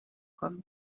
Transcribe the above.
kommt